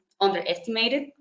underestimated